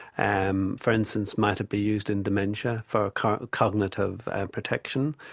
um for instance might it be used in dementia for kind of cognitive and protection.